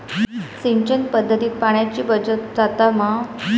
सिंचन पध्दतीत पाणयाची बचत जाता मा?